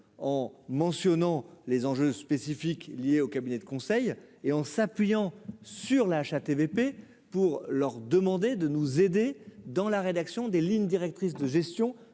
en mentionnant les enjeux spécifiques liés au cabinet de conseil et en s'appuyant sur la HATVP pour leur demander de nous aider dans la rédaction des lignes directrices de gestion